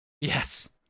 Yes